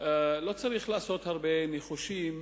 לא צריך להעלות הרבה ניחושים